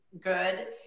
good